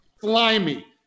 slimy